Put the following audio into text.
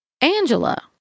Angela